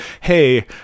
hey